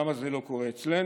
למה זה לא קורה אצלנו?